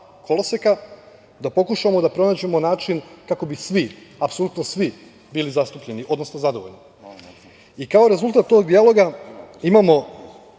da pokušamo da pronađemo način kako bi svi, apsolutno svi bili zastupljeni, odnosno zadovoljni. Kao rezultat tog dijaloga imamo